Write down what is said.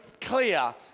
clear